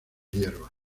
hierbas